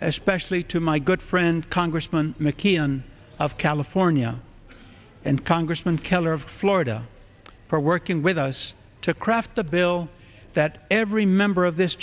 especially to my good friend congressman mckeon of california and congressman keller of florida for working with us to craft a bill that every member of this